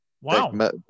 wow